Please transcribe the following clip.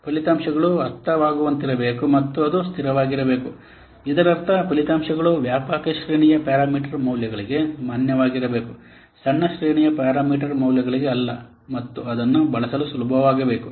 ಫಲಿತಾಂಶಗಳು ಅರ್ಥವಾಗುವಂತಿರಬೇಕು ಮತ್ತು ಅದು ಸ್ಥಿರವಾಗಿರಬೇಕು ಇದರರ್ಥ ಫಲಿತಾಂಶಗಳು ವ್ಯಾಪಕ ಶ್ರೇಣಿಯ ಪ್ಯಾರಾಮೀಟರ್ ಮೌಲ್ಯಗಳಿಗೆ ಮಾನ್ಯವಾಗಿರಬೇಕು ಸಣ್ಣ ಶ್ರೇಣಿಯ ಪ್ಯಾರಾಮೀಟರ್ ಮೌಲ್ಯಗಳಿಗೆ ಅಲ್ಲ ಮತ್ತು ಅದನ್ನು ಬಳಸಲು ಸುಲಭವಾಗಬೇಕು